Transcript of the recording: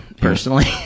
personally